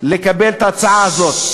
לקבל את ההצעה הזאת?